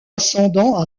ascendant